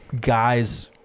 guys